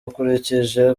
akurikije